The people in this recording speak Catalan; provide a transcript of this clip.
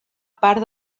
part